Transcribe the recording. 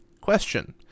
Question